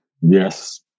Yes